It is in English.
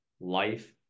life